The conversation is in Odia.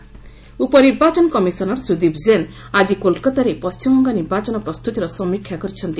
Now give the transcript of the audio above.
କୋଲକତା ଇସି ଉପନିର୍ବାଚନ କମିଶନର ସୁଦୀପ କ୍ଜେନ ଆଜି କୋଲକାତାରେ ପଣ୍ଟିମବଙ୍ଗ ନିର୍ବାଚନ ପ୍ରସ୍ତୁତିର ସମୀକ୍ଷା କରିଛନ୍ତି